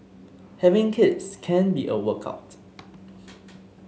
having kids can be a workout